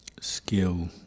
skill